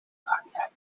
frankrijk